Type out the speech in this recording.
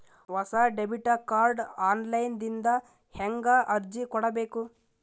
ಹೊಸ debit card online ದಿಂದ ಹೇಂಗ ಅರ್ಜಿ ಕೊಡಬೇಕು?